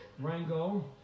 Rango